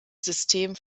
system